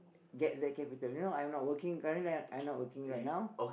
get the capital you know I'm not working currently I'm I not working right now